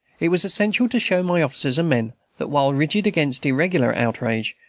it was essential to show my officers and men that, while rigid against irregular outrage,